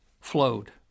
flowed